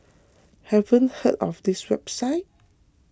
haven't heard of this website